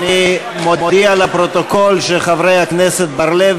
אני מודיע לפרוטוקול שחברי הכנסת בר-לב